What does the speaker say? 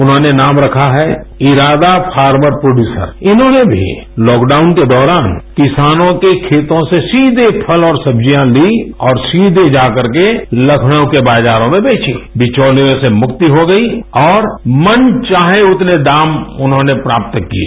उन्होंने नाम रखा है इरादा फार्मर प्रोडयूसर इन्होंने भी लॉकडाउन के दौरान किसानों के खेतों से सीधे फल और सब्जियाँ ली और सीधे जा करके लखनऊ के बाजारों में बेची विचौलियों से मुक्ति हो गई और मन चाहे उतने दाम उन्होंने प्राप्त किये